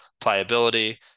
pliability